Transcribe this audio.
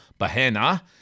Bahena